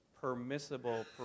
permissible